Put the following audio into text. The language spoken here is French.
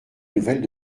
nouvelles